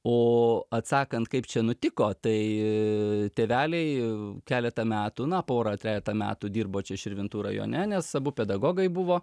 o atsakant kaip čia nutiko tai tėveliai keletą metų na porą trejetą metų dirbo čia širvintų rajone nes abu pedagogai buvo